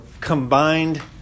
combined